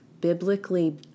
biblically